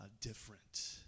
different